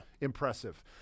Impressive